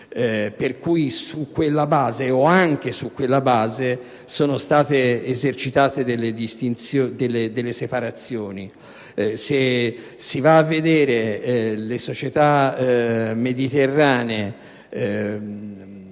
per cui su quella base, o anche su quella base, sono state esercitate delle separazioni. Se si fa un'analisi delle società mediterranee